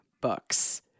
books